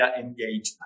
engagement